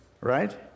right